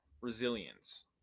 resilience